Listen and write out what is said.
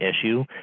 issue